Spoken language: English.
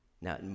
Now